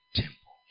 temple